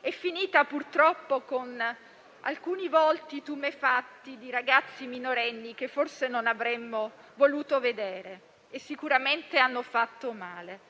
È finita, purtroppo, con alcuni volti tumefatti di ragazzi minorenni che forse non avremmo voluto vedere e che sicuramente hanno fatto male.